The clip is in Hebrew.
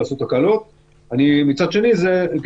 למדדים שאותם היינו רוצים קבענו מדדים ויעדים